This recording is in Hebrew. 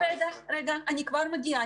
אני כבר מגיעה לזה.